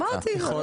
אמרתי,